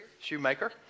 Shoemaker